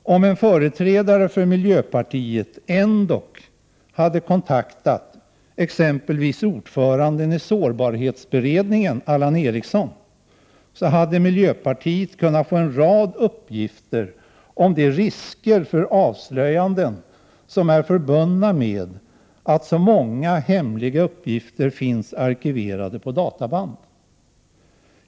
Om en företrädare för miljöpartiet ändå hade kontaktat exempelvis ordföranden i sårbarhetsberedningen, Allan Ericson, hade man kunnat få en rad uppgifter om de risker för avslöjanden som är förbundna med att så många hemliga uppgifter finns arkiverade på databand.